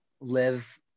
live